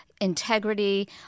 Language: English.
integrity